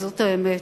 זאת האמת.